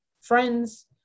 friends